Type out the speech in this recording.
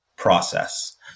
Process